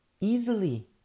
easily